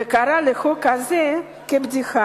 וקראה לחוק הזה כבדיחה,